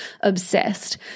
obsessed